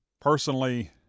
personally